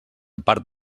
part